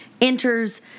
enters